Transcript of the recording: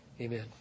amen